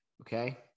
okay